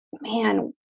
man